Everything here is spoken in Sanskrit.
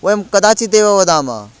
वयं कदाचिदेव वदामः